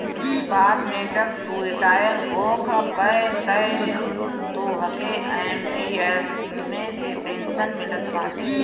बाद में जब तू रिटायर होखबअ तअ तोहके एम.पी.एस मे से पेंशन मिलत बाटे